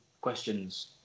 questions